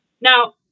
Now